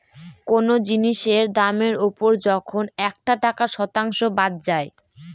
কোনো জিনিসের দামের ওপর যখন একটা টাকার শতাংশ বাদ যায়